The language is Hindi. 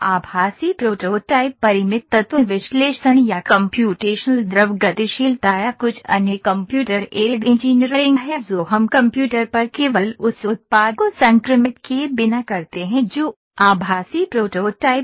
आभासी प्रोटोटाइप परिमित तत्व विश्लेषण या कम्प्यूटेशनल द्रव गतिशीलता या कुछ अन्य कंप्यूटर एडेड इंजीनियरिंग है जो हम कंप्यूटर पर केवल उस उत्पाद को संक्रमित किए बिना करते हैं जो आभासी प्रोटोटाइप है